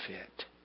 fit